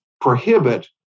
prohibit